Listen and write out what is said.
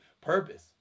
purpose